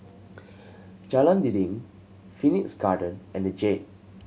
Jalan Dinding Phoenix Garden and The Jade